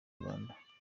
rwanda